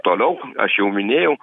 toliau aš jau minėjau